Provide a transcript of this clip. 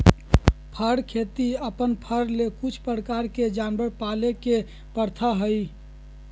फर खेती अपन फर ले कुछ प्रकार के जानवर पाले के प्रथा हइ